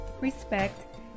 respect